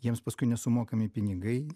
jiems paskui nesumokami pinigai